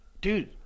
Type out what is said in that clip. dude